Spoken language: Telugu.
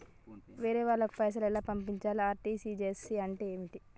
వేరే వాళ్ళకు పైసలు ఎలా పంపియ్యాలి? ఆర్.టి.జి.ఎస్ అంటే ఏంటిది?